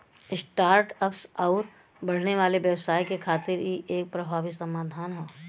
start ups आउर बढ़ने वाले व्यवसाय के खातिर इ एक प्रभावी समाधान हौ